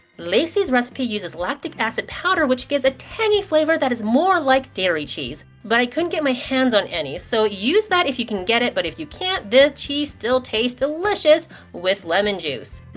lacey's recipe uses lactic acid powder which gives a tangy flavour that is more like dairy cheese but i couldn't get my hands on any. so use that if you can get it but if you can't, the cheese still tastes delicious with lemon juice.